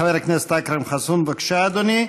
חבר הכנסת אכרם חסון, בבקשה, אדוני.